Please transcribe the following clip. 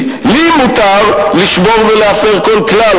כי לי מותר לשבור ולהפר כל כלל,